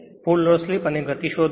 full load slip અને ગતિ શોધો